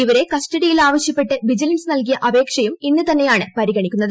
ഇവരെ കസ്റ്റഡിയിൽ ആവശ്യപ്പെട്ടു വിജിലൻസ് നൽകിയ അപേക്ഷയും ഇന്ന് തന്നെയാണ് പരിഗണിക്കുന്നത്